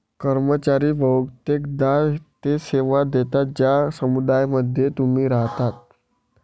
कर्मचारी बहुतेकदा ते सेवा देतात ज्या समुदायांमध्ये ते राहतात